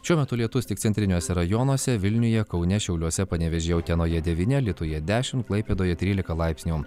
šiuo metu lietus tik centriniuose rajonuose vilniuje kaune šiauliuose panevėžyje utenoje devyni alytuje dešimt klaipėdoje trylika laipsnių